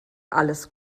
alles